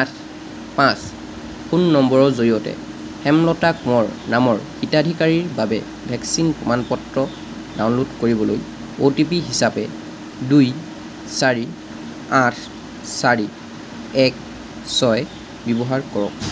আঠ পাঁচ ফোন নম্বৰৰ জৰিয়তে হেমলতা কোঁৱৰ নামৰ হিতাধিকাৰীৰ বাবে ভেকচিন প্ৰমাণ পত্ৰ ডাউনলোড কৰিবলৈ অ'টিপি হিচাপে দুই চাৰি আঠ চাৰি এক ছয় ব্যৱহাৰ কৰক